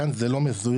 כאן זה לא מזויף,